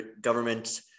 government